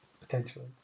potentially